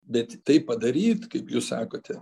bet tai padaryt kaip jūs sakote